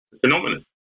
Phenomenon